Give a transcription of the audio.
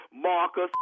Marcus